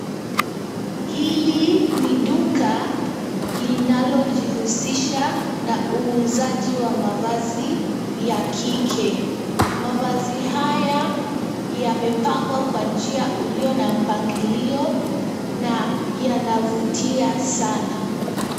Hili ni duka linalojihusisha na uuzaji wa mavazi ya kike. Mavazi haya yamepangwa kwa njia ulio na mpangilio na yanavutia sana.